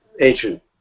ancient